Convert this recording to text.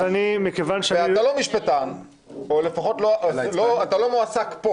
אתה לא משפטן או, לפחות, לא מועסק פה